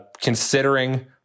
considering